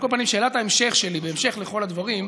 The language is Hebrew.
על כל פנים, שאלת ההמשך שלי, בהמשך לכל הדברים: